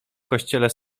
kościele